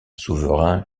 souverain